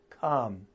come